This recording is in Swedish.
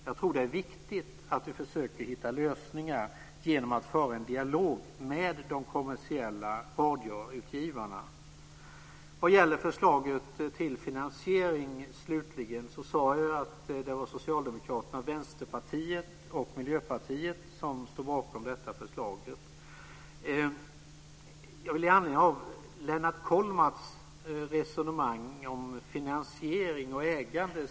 Det är viktigt att vi försöker hitta lösningar genom att föra en dialog med de kommersiella radioutgivarna. Socialdemokraterna, Vänsterpartiet och Miljöpartiet står bakom förslaget till finansiering. Lennart Kollmats förde ett resonemang om finansiering och ägande.